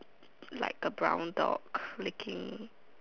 like a brown dog licking